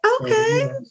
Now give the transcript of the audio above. Okay